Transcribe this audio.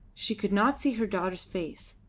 she could not see her daughter's face,